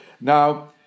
now